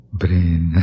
brain